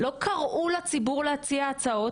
לא קראו לציבור להציע הצעות,